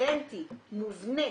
אינהרנטי מובנה